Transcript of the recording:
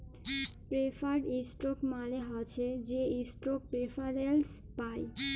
preferred stock মালে হছে সে ইস্টক প্রেফারেল্স পায়